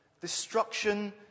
Destruction